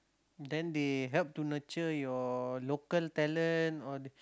then they help to nurture your local talent